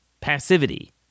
passivity